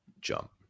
jump